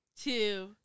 two